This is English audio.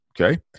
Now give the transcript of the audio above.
Okay